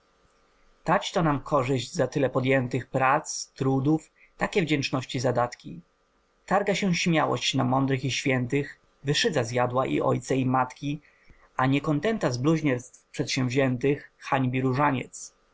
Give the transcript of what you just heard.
słowy tażto nam korzyść za tyle podjętych prac trudów takie wdzięczności zadatki targa się śmiałość na mądrych i świętych wyszydza zjadła i ojce i matki a niekontenta z bluźnierstw przedsięwziętych hańbi różaniec